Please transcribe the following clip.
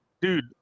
dude